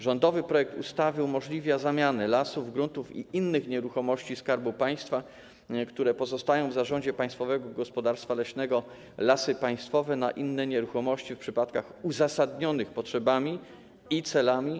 Rządowy projekt ustawy umożliwia zamianę lasów, gruntów i innych nieruchomości Skarbu Państwa, które pozostają w zarządzie Państwowego Gospodarstwa Leśnego Lasy Państwowe, na inne nieruchomości w przypadkach uzasadnionych potrzebami i celami.